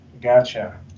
Gotcha